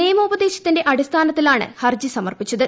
നിയമോപദേശത്തിന്റെ അടിസ്ഥാനത്തിലാണ് ഹർജി സമർപ്പിച്ചത്